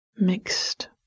mixed